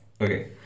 okay